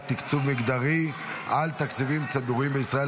תקצוב מגדרי על תקציבים ציבוריים בישראל,